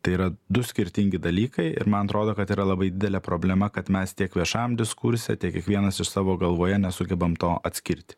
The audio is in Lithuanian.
tai yra du skirtingi dalykai ir man atrodo kad yra labai didelė problema kad mes tiek viešajam diskurse tiek kiekvienas iš savo galvoje nesugebam to atskirt